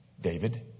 David